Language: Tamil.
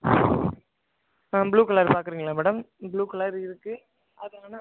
ப்ளூ கலர் பார்க்றிங்களா மேடம் ப்ளூ கலர் இருக்கு அது ஆனால்